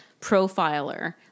profiler